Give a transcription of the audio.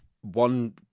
one